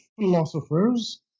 philosophers